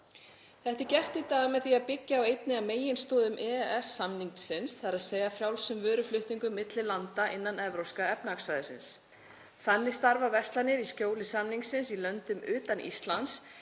Þetta er gert í dag með því að byggja á einni af meginstoðum EES-samningsins, þ.e. frjálsum vöruflutningum milli landa innan Evrópska efnahagssvæðisins. Þannig starfa verslanir í skjóli samningsins í löndum utan Íslands